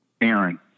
Aaron